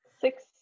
Six